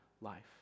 life